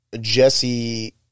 Jesse